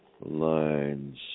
lines